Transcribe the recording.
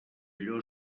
allò